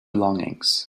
belongings